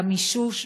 והמישוש,